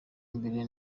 imbere